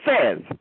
says